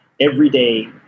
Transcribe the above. everyday